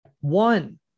one